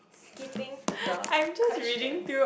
skipping the question